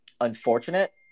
unfortunate